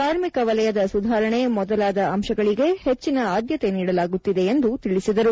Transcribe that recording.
ಕಾರ್ಮಿಕ ವಲಯದ ಸುಧಾರಣೆ ಮೊದಲಾದ ಅಂಶಗಳಿಗೆ ಹೆಚ್ಚಿನ ಆದ್ಯತೆ ನೀಡಲಾಗುತ್ತಿದೆ ಎಂದು ತಿಳಿಸಿದರು